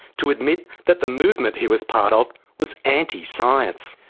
to admit that the movement he was part of was anti-science.